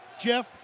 Jeff